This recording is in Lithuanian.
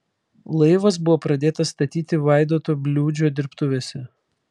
laivas buvo pradėtas statyti vaidoto bliūdžio dirbtuvėse